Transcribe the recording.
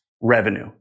revenue